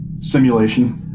simulation